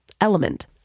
Element